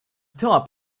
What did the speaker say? top